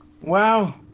Wow